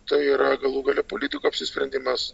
tai yra galų gale politikų apsisprendimas